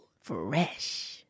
Fresh